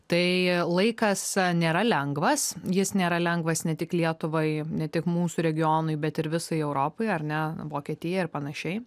tai laikas nėra lengvas jis nėra lengvas ne tik lietuvai ne tik mūsų regionui bet ir visai europai ar ne vokietijai ar panašiai